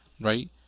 right